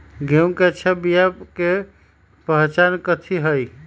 गेंहू के अच्छा बिया के पहचान कथि हई?